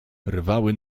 rwały